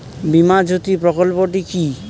বীমা জ্যোতি প্রকল্পটি কি?